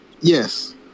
yes